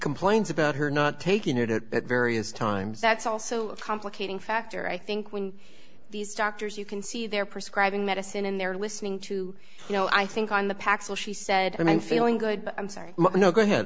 complains about her not taking it at various times that's also a complicating factor i think when these doctors you can see they're prescribing medicine and they're listening to you know i think on the paxil she said i'm feeling good i'm sorry go ahead